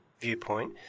viewpoint